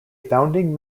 founding